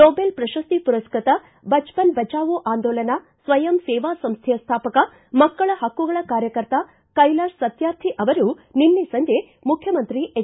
Nobel ಪ್ರಶಸ್ತಿ ಪುರಸ್ನತ ಬಚ್ಪನ್ ಬಚಾವೋ ಅಂದೋಲನ ಸ್ವಯಂ ಸೇವಾ ಸಂಸ್ವೆಯ ಸ್ವಾಪಕ ಮಕ್ಕಳ ಹಕ್ಕುಗಳ ಕಾರ್ಯಕರ್ತ ಕೈಲಾಶ್ ಸತ್ಕಾರ್ಥಿ ಅವರು ನಿನ್ನೆ ಸಂಜೆ ಮುಖ್ಯಮಂತ್ರಿ ಎಚ್